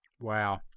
Wow